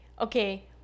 okay